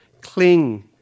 Cling